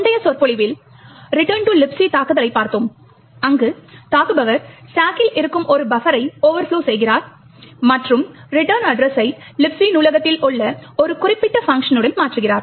முந்தைய சொற்பொழிவில் Return to Libc தாக்குதலைப் பார்த்தோம் அங்கு தாக்குபவர் ஸ்டாக்கில் இருக்கும் ஒரு பஃபரை ஓவர்ப்லொ செய்கிறார் மற்றும் ரிட்டர்ன் அட்ரஸை Libc நூலகத்தில் ஒரு குறிப்பிட்ட பங்க்ஷனுடன் மாற்றுகிறார்